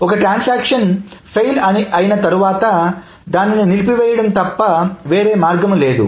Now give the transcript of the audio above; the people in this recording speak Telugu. ఒక ట్రాన్సాక్షన్ ఫెయిల్ అయిన తరువాత దానిని నిలిపి వేయడం తప్ప వేరే మార్గం లేదు